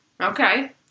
Okay